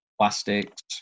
plastics